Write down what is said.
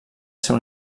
ser